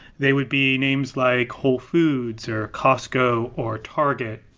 they would be names like wholefoods, or costco, or target.